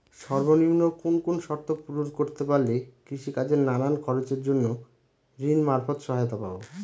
সর্বনিম্ন কোন কোন শর্ত পূরণ করতে পারলে কৃষিকাজের নানান খরচের জন্য ঋণ মারফত সহায়তা পাব?